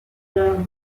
l’heure